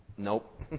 Nope